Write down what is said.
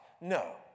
No